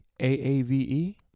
AAVE